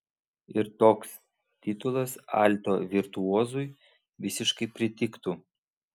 ir toks titulas alto virtuozui visiškai pritiktų